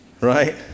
Right